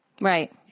Right